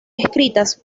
escritas